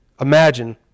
Imagine